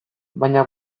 baina